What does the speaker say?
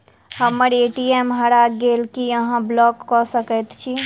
हम्मर ए.टी.एम हरा गेल की अहाँ ब्लॉक कऽ सकैत छी?